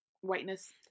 Whiteness